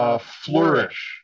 flourish